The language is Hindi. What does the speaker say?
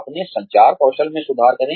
अपने संचार कौशल में सुधार करें